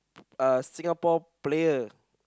uh Singapore player